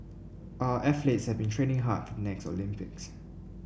our athletes have been training hard for next Olympics